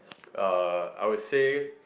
uh I would say